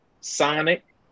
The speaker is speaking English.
Sonic